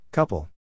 Couple